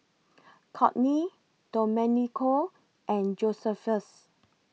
Kortney Domenico and Josephus